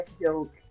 joke